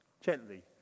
gently